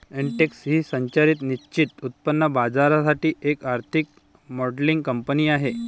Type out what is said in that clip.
Intex ही संरचित निश्चित उत्पन्न बाजारासाठी एक आर्थिक मॉडेलिंग कंपनी आहे